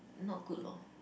not good lor